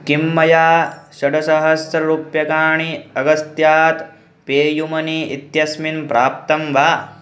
किं मया षड्सहस्ररूप्यकाणि अगस्त्यात् पे युमनी इत्यस्मिन् प्राप्तं वा